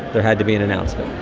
there had to be an announcement.